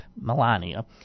Melania